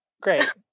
Great